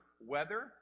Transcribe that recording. weather